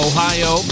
Ohio